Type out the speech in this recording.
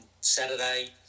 Saturday